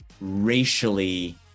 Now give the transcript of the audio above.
racially